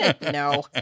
No